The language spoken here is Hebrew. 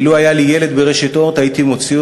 ולו היה לי ילד ברשת "אורט" הייתי מוציא